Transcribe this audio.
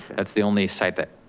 that's the only site that,